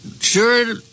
sure